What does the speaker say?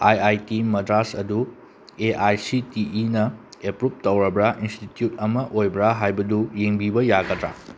I I T Madras ꯑꯗꯨ A I C T ꯏꯅ approve ꯇꯧꯔꯕ ꯏꯟꯁꯇꯤꯇ꯭ꯌꯨꯠ ꯑꯃ ꯑꯣꯏꯕ꯭ꯔꯥ ꯍꯥꯏꯕꯗꯨ ꯌꯦꯡꯕꯤꯕ ꯌꯥꯒꯗ꯭ꯔꯥ